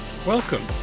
Welcome